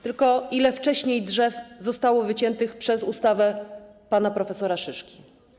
Tylko ile wcześniej drzew zostało wyciętych przez ustawę pana prof. Szyszki?